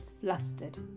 flustered